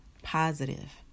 positive